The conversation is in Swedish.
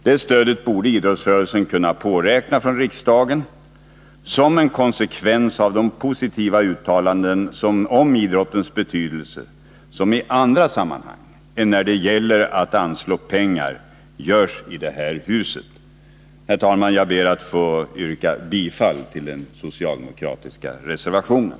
Det stödet borde idrottsrörelsen kunna påräkna från riksdagen som en konsekvens av de positiva uttalanden om idrottens betydelse som görs här i huset i andra sammanhang än när det gäller att anslå pengar. Herr talman! Jag ber att få yrka bifall till den socialdemokratiska reservationen.